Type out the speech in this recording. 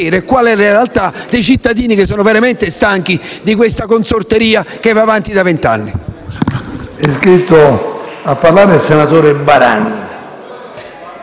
la realtà di quei cittadini che sono veramente stanchi di questa consorteria che va avanti da venti anni.